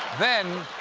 then,